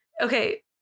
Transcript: okay